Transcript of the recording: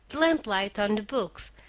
lamplight on the books,